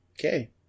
Okay